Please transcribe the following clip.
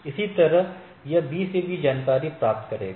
इसी तरह यह B से भी जानकारी प्राप्त करेगा